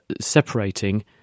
separating